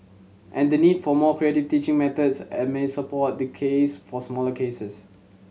and the need for more creative teaching methods and may support the case for smaller classes